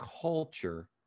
culture